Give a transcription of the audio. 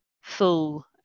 full